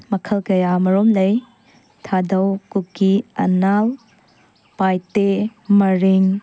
ꯃꯈꯜ ꯀꯌꯥꯃꯔꯨꯝ ꯂꯩ ꯊꯥꯗꯧ ꯀꯨꯀꯤ ꯑꯅꯥꯜ ꯄꯥꯏꯇꯦ ꯃꯔꯤꯡ